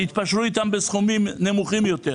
ויתפשרו איתם בסכומים נמוכים יותר.